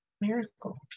miracle